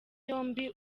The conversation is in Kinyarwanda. yombi